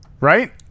right